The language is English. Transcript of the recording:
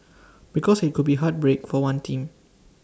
because IT could be heartbreak for one team